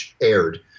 aired